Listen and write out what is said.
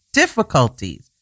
difficulties